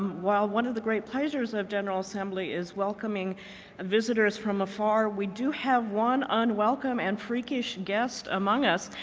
while one of the great pleasures of general assembly is welcoming visitors from afar, we do have one un unwelcome and freakish guest among us,